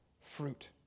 fruit